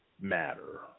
matter